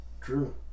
true